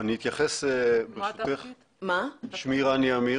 בעקבות אותו שימוע החלטנו להטיל עיצום כספי על הפרות של היתר